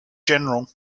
general